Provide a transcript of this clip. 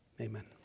amen